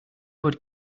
would